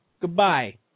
goodbye